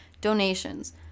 donations